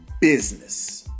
business